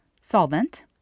solvent